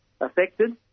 affected